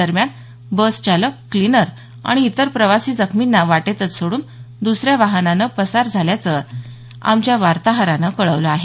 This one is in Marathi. दरम्यान बस चालक क्लीनर आणि इतर प्रवासी जखमींना वाटेतच सोडून दुसऱ्या वाहनानं पसार झाल्याचं आमच्या वार्ताहरानं कळवलं आहे